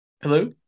Hello